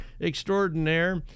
extraordinaire